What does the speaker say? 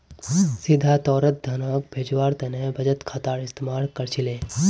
सीधा तौरत धनक भेजवार तने बचत खातार इस्तेमाल कर छिले